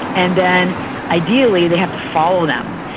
and then ideally they have to follow them.